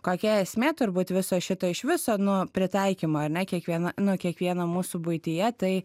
kokia esmė turbūt viso šito iš viso nu pritaikymo ar ne kiekviena nu kiekvieno mūsų buityje tai